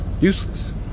useless